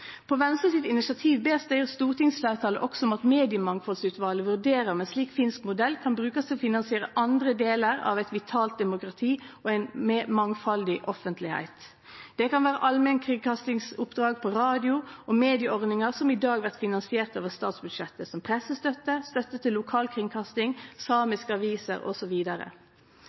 På Venstre sitt initiativ ber stortingsfleirtalet også om at Mediemangfaldsutvalet vurderer om ein slik finsk modell kan brukast til å finansiere andre delar av eit vitalt demokrati og ei mangfaldig offentlegheit. Det kan vere allmennkringkastingsoppdrag på radio og medieordningar som i dag blir finansierte over statsbudsjettet, som pressestøtte, støtte til lokalkringkasting, samiske aviser